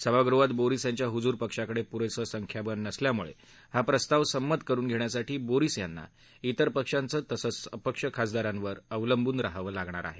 सभागृहात बोरीस यांच्या हुजूर पक्षाकडे पुरेसं संख्याबळ नसल्यामुळे हा प्रस्ताव संमत करून घेण्यासाठी बोरीस यांना इतर पक्षांचे तसंच अपक्ष खासदारांवर अवलंबून राहावं लागणार आहे